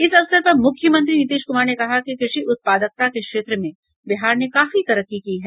इस अवसर पर मुख्यमंत्री नीतीश कुमार ने कहा कि कृषि उत्पादकता के क्षेत्र में बिहार ने काफी तरक्की की है